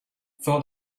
thought